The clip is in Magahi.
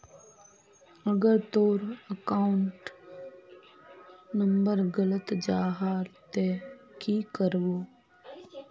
अगर तोर अकाउंट नंबर गलत जाहा ते की करबो?